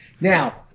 Now